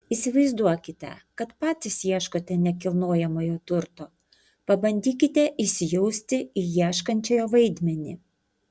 įsivaizduokite kad patys ieškote nekilnojamojo turto pabandykite įsijausti į ieškančiojo vaidmenį